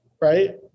right